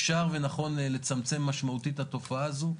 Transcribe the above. אפשר ונכון לצמצם משמעותית את התופעה הזו.